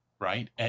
Right